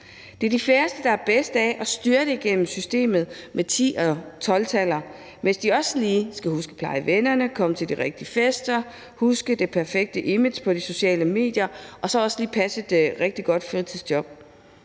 Det er de færreste, der har bedst af at styrte igennem systemet med 10- og 12-taller, hvis de også lige skal huske at pleje vennerne, komme til de rigtige fester, huske det perfekte image på de sociale medier og så også lige passe et rigtig godt fritidsjob.